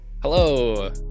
Hello